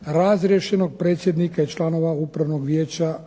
razriješenog predsjednika i članova Upravnog vijeća